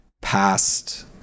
past